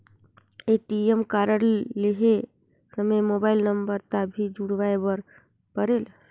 ATM card लहे समय mobile number ला भी जुड़वाए बर परेल?